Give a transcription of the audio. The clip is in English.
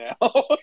now